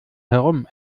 herum